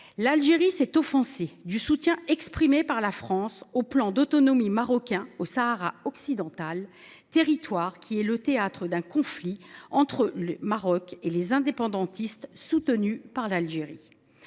l’Algérie s’est offensée du soutien exprimé par la France au plan d’autonomie marocain au Sahara occidental, territoire qui est le théâtre d’un conflit entre le Maroc et des indépendantistes soutenus par l’Algérie.